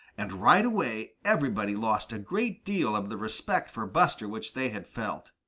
and right away everybody lost a great deal of the respect for buster which they had felt.